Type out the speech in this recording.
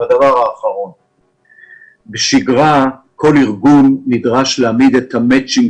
בשגרה כל ארגון נדרש להעמיד את המצ'ינג